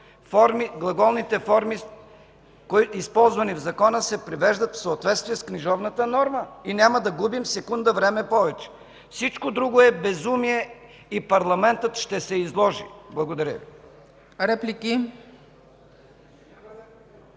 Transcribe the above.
глаголните форми, използвани в него, се привеждат в съответствие с книжовната норма, и няма да губим секунда време повече. Всичко друго е безумие и парламентът ще се изложи. Благодаря Ви.